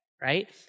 right